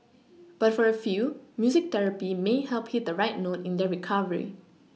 but for a few music therapy may help hit the right note in their recovery